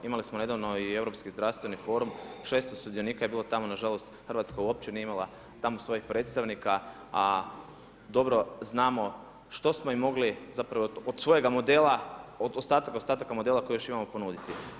Imali smo nedavno i Europski zdravstveni forum 600 sudionika je bilo tamo na žalost Hrvatska uopće nije imala tamo svojih predstavnika, a dobro znamo što smo im mogli zapravo od svojega modela, od ostataka, ostataka modela koji još imamo ponuditi.